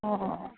ꯑꯣ ꯑꯣ ꯑꯣ